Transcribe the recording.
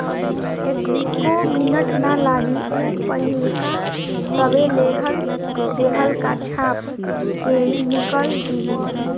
एक्को मिनट ना लागी ऊ पाहिलका सभे लेहल देहल का छाप के निकल दिहि